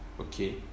okay